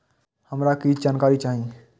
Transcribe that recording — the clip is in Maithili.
हमरा कीछ जानकारी चाही